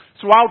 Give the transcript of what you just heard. Throughout